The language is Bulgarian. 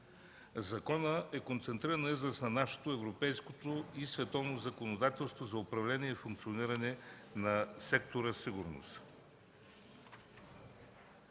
законът е концентриран израз на нашето, европейското и световното законодателство за управление и функциониране на сектора „Сигурност